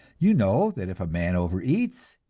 you know that if a man overeats,